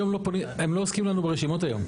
הם לא עוסקים לנו ברשימות היום,